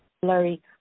blurry